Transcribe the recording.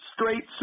straight